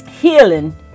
Healing